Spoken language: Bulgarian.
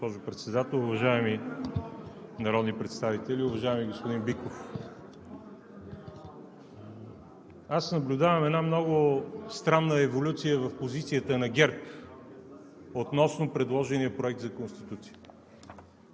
уважаеми народни представители, уважаеми господин Биков! Аз наблюдавам една много странна еволюция в позицията на ГЕРБ относно предложения проект за Конституция.